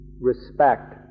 respect